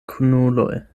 kunuloj